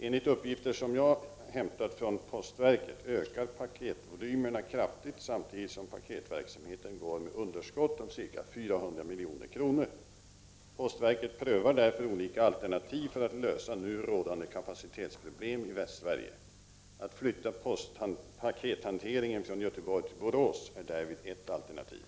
Enligt uppgifter som jag hämtat från postverket ökar paketvolymerna kraftigt samtidigt som paketverksamheten går med underskott om ca 400 milj.kr. Postverket prövar därför olika alternativ för att lösa nu rådande kapacitetsproblem i Västsverige. Att flytta postpakethanteringen från Göteborg till Borås är därvid ett alternativ.